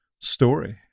story